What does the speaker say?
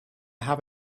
have